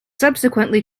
subsequently